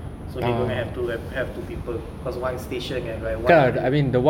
so they're going to have to have have two people cause one station at one area